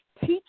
teach